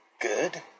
Good